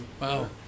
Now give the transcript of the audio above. Wow